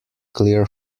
clear